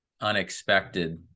unexpected